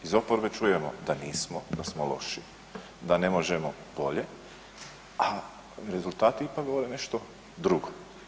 Iz oporbe čujemo da nismo, da smo loši, da ne možemo bolje, a rezultati ipak govore nešto drugo.